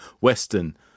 Western